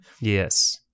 yes